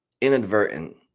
inadvertent